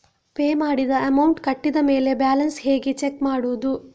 Pay ಮಾಡಿದ amount ಕಟ್ಟಿದ ಮೇಲೆ ಬ್ಯಾಲೆನ್ಸ್ ಹೇಗೆ ಚೆಕ್ ಮಾಡುವುದು?